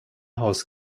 haus